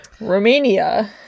Romania